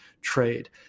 trade